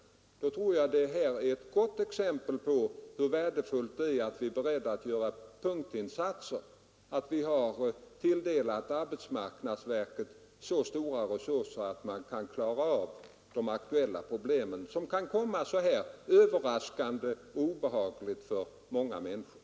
Jag tror att detta är ett gott exempel på hur värdefullt det är att vi är beredda att göra punktinsatser, att vi tilldelat arbetsmarknadsverket så stora resurser, att man kan klara av de aktuella problem som kan komma överraskande och till obehag för många människor.